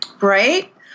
Right